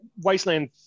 Wasteland